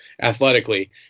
athletically